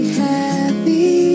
happy